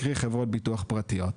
קרי חברות ביטוח פרטיות.